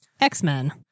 X-Men